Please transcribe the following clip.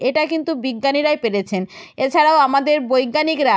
এটা কিন্তু বিজ্ঞানীরাই পেরেছেন এছাড়াও আমাদের বৈজ্ঞানিকরা